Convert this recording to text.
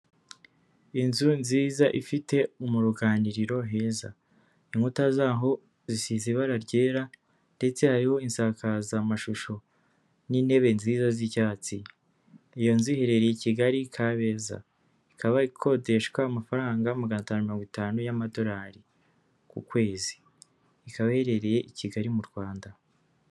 Inzu nziza ifite mu ruganiriro heza, inkuta zaho zisize ibara ryera, ndetse hariho isakazamashusho n'intebe nziza z'icyatsi, iyo nzu iherereye i Kigali Kabeza ikaba ikodeshwa amafaranga magana atanu mirongo itanu y'amadorari ku kwezi, ikaba iherereye i Kigali mu Rwanda.